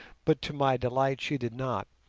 but to my delight she did not,